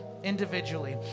Individually